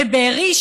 בבארי,